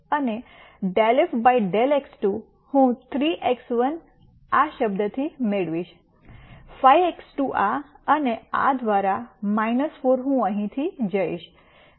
અને ∂f ∂x2 હું 3 x1 આ શબ્દથી મેળવીશ 5 x2 આ અને આ દ્વારા 4 હું અહીંથી જઇશ